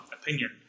opinion